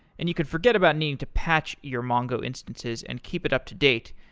and you could forget about needing to patch your mongo instances and keep it up-to-date,